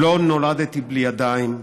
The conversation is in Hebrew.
לא נולדתי בלי ידיים,